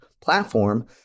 platform